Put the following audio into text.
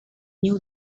knew